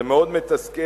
זה מאוד מתסכל,